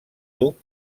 duc